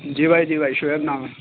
جی بھائی جی بھائی شعیب نام ہے